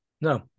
No